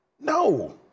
No